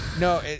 No